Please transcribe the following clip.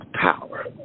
power